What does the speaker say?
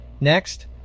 next